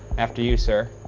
after you, sir.